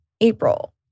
April